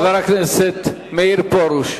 חבר הכנסת מאיר פרוש,